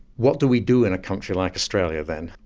what do we do in a country like australia then?